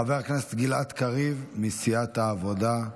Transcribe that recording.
חבר הכנסת גלעד קריב מסיעת העבודה,